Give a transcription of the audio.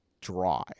dry